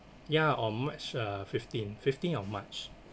ya on march uh fifteen fifteen of march